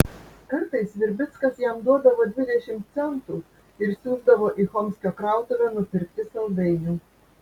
kartais virbickas jam duodavo dvidešimt centų ir siųsdavo į chomskio krautuvę nupirkti saldainių